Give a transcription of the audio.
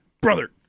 Brother